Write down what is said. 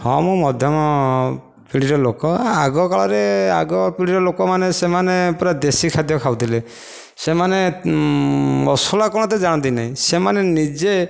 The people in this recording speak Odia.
ହଁ ମୁଁ ମଧ୍ୟମ ପିଢ଼ିର ଲୋକ ଆଗ କାଳରେ ଆଗ ପିଢ଼ିର ଲୋକମାନେ ସେମାନେ ପୂରା ଦେଶୀ ଖାଦ୍ୟ ଖାଉଥିଲେ ସେମାନେ ମସଲା କଣ ଏତେ ଜାଣନ୍ତି ନାହିଁ ସେମାନେ ନିଜେ